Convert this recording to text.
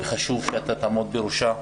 חשוב שאתה תעמוד בראשה.